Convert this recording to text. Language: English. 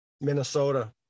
Minnesota